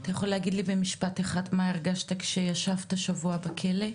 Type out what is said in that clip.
אתה יכול להגיד לי במשפט אחד מה הרגשת כשישבת שבוע בכלא?